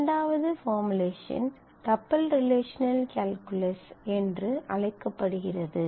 இரண்டாவது formulation tuple relational calculus என்று அழைக்கப்படுகிறது